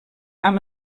amb